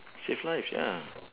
save lives ya